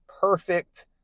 perfect